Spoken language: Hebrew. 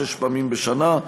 שש פעמים בשנה.